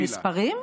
המספרים?